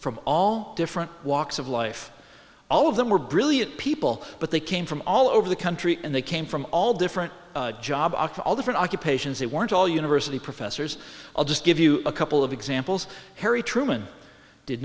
from all different walks of life all of them were brilliant people but they came from all over the country and they came from all different jobs all different occupations they weren't all university professors i'll just give you a couple of examples harry truman did